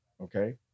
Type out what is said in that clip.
Okay